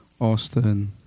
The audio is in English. Austin